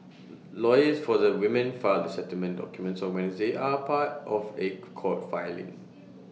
lawyers for the women filed the settlement documents on Wednesday are part of A court filing